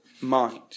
mind